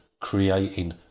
creating